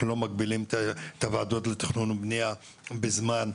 אנחנו לא מגבילים את הוועדות לתכנון ובנייה זמן.